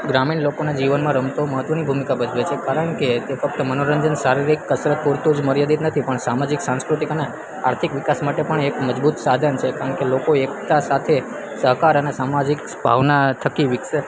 ગ્રામીણ લોકોના જીવનમાં રમતો મહત્ત્વની ભૂમિકા ભજવે છે કારણ કે તે ફક્ત મનોરંજન શારીરિક કસરત પૂરતું મર્યાદિત નથી પણ સામાજિક સાંસ્કૃતિક અને આર્થિક વિકાસ માટે પણ એક મજબૂત સાધન છે કારણ કે લોકો એકતા સાથે સહકાર અને સામાજિક ભાવના થકી વિકસે